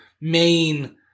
main